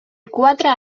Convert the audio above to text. quatre